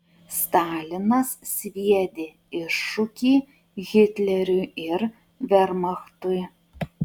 stalinas sviedė iššūkį hitleriui ir vermachtui